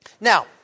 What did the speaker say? Now